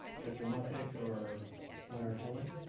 director muffick or or helen?